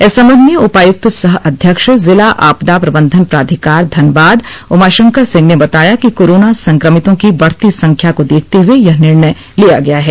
इस संबंध में उपायुक्त सह अध्यक्ष जिला आपदा प्रबंधन प्राधिकार धनबाद उमाशंकर सिंह ने बताया कि कोरोना संक्रमितों की बढती संख्या को देखते हए यह निर्णय लिया गया है